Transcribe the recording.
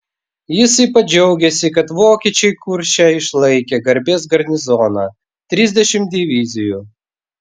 jis ypač džiaugėsi kad vokiečiai kurše išlaikė garbės garnizoną trisdešimt divizijų